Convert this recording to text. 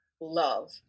love